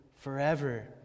forever